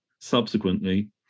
Subsequently